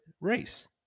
race